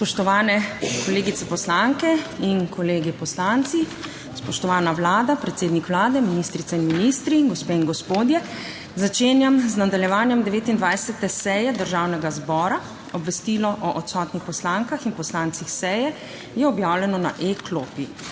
Spoštovane kolegice poslanke in kolegi poslanci, spoštovana Vlada, predsednik Vlade, ministrice in ministri, gospe in gospodje, začenjam z nadaljevanjem 29. seje Državnega zbora. Obvestilo o odsotnih poslankah in poslancih seje je objavljeno na e-klopi.